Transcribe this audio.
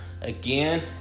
again